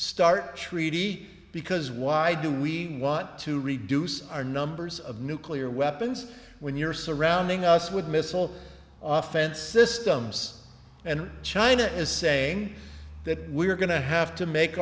start treaty because why do we want to reduce our numbers of nuclear weapons when you're surrounding us with missile off fence systems and china is saying that we're going to have to make